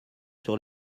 sur